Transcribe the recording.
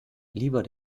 lieber